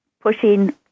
pushing